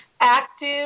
active